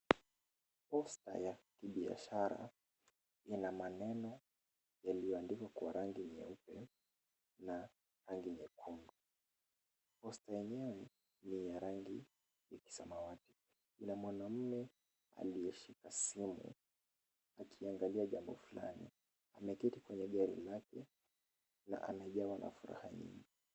Posta ya kibiashara, ina maneno yaliyoandikwa kwa rangi nyeupe na rangi nyekundu. Posta yenyewe ni ya rangi ya kisamawati. Kuna mwanaume aliyeshika simu akiangalia jambo fulani. Ameketi kwenye gari lake, na amejawa na furaha nyingi.